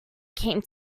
came